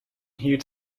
hier